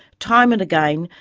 time and again,